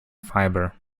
fiber